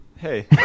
hey